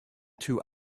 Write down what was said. two